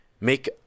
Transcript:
make